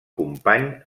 company